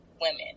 women